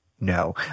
No